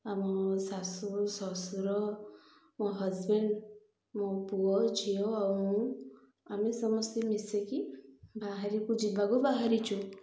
ଆମ ଶାଶୁ ଶ୍ୱଶୁର ମୋ ହଜବେଣ୍ଡ୍ ମୋ ପୁଅ ଝିଅ ଆଉ ମୁଁ ଆମେ ସମସ୍ତେ ମିଶିକି ବାହାରକୁ ଯିବାକୁ ବାହାରିଛୁ